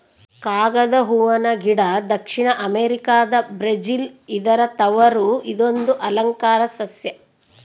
ಕಾಗದ ಹೂವನ ಗಿಡ ದಕ್ಷಿಣ ಅಮೆರಿಕಾದ ಬ್ರೆಜಿಲ್ ಇದರ ತವರು ಇದೊಂದು ಅಲಂಕಾರ ಸಸ್ಯ